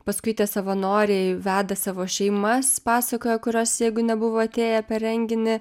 paskui tie savanoriai veda savo šeimas pasakoja kurios jeigu nebuvo atėję per renginį